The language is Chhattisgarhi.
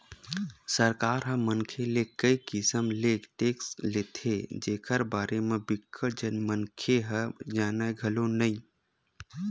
सरकार ह मनखे ले कई किसम ले टेक्स लेथे जेखर बारे म बिकट झन मनखे ह जानय घलो नइ